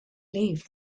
leave